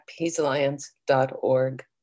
peacealliance.org